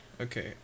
Okay